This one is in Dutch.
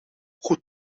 goed